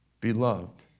Beloved